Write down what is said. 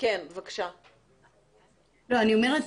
אני אומרת,